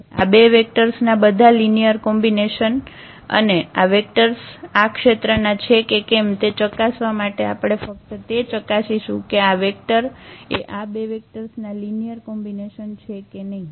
આ બે વેક્ટર્સ ના બધા લિનિયર કોમ્બિનેશન અને આ વેક્ટર્સ આ ક્ષેત્રના છે કે તેમ તે ચકાસવા માટે આપણે ફક્ત તે ચકાસીસું કે શું આ વેક્ટર એ આ બે વેક્ટર્સ ના લિનિયર કોમ્બિનેશન છે કે નહિ